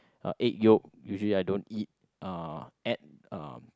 uh egg yolk usually I don't eat uh add uh